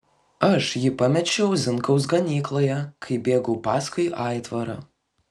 aš jį pamečiau zinkaus ganykloje kai bėgau paskui aitvarą